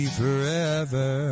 forever